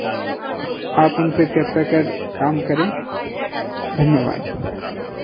आप उनपे कृपया कर काम करें धन्यवाद